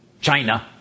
China